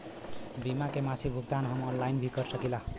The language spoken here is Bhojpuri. बीमा के मासिक भुगतान हम ऑनलाइन भी कर सकीला?